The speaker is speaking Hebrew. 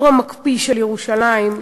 בקור המקפיא של ירושלים,